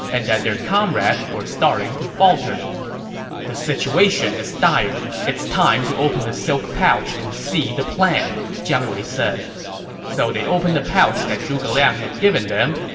and that their comrades were starting to falter the situation is dire it's time to open the silk pouch and see the plan, jiang wei said so they opened the pouch that zhuge liang had given them,